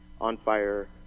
on-fire